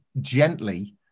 gently